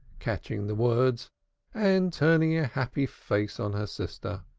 catching the words and turning a happy face on her sister.